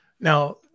Now